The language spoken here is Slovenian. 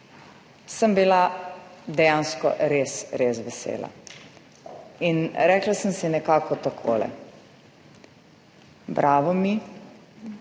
sem bila dejansko res res vesela. Rekla sem si nekako takole: bravo mi,